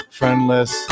friendless